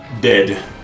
dead